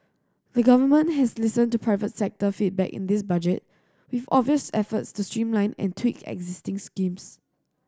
the Government has listened to private sector feedback in this Budget with obvious efforts to streamline and tweak existing schemes